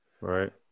right